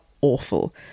awful